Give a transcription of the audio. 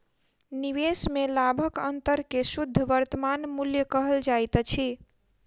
निवेश में लाभक अंतर के शुद्ध वर्तमान मूल्य कहल जाइत अछि